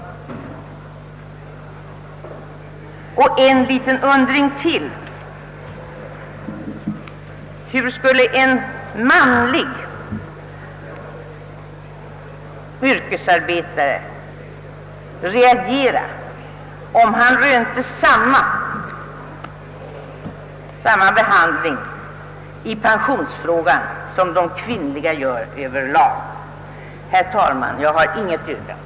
Ytterligare en undring: Hur skulle en manlig yrkesarbetare reagera, om han rönte samma behandling när det gäller pensionen som de kvinnliga överlag röner? Herr talman! Jag har inget yrkande.